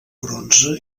bronze